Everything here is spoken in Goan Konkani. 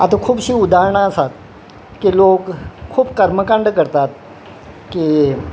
आतां खुबशीं उदाहरणां आसात की लोक खूब कर्मकांड करतात की